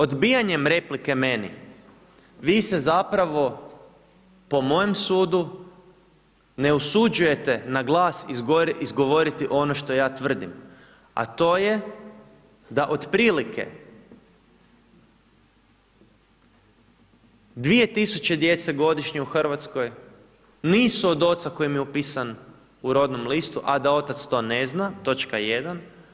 Odbijanjem replike meni, vi se zapravo po mojem sudu ne usuđujete na glas izgovoriti ono što ja tvrdim, a to je da otprilike 2000 djece godišnje u RH nisu od oca koji im je upisan u rodnom listu, a da otac to ne zna, točka jedan.